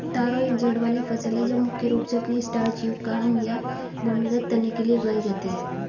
तारो एक जड़ वाली फसल है जो मुख्य रूप से अपने स्टार्च युक्त कॉर्म या भूमिगत तने के लिए उगाई जाती है